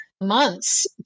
Months